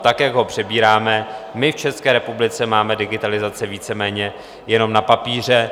Tak, jak ho přebíráme my v České republice, máme digitalizaci víceméně jenom na papíře.